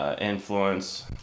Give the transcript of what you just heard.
influence